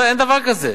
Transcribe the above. לא, אין דבר כזה.